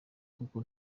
kuko